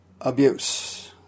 abuse